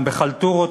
גם בחלטורות,